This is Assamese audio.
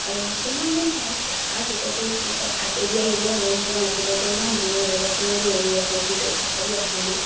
আৰু কিমান দিন থকাৰ পিছতো মোক তাত এৰি আহিবলৈ মন যোৱা নাছিলে যে ইমান ধুনীয়া জেগা কেনেকৈ এৰি আহো কিন্তু তথাপি আহিলো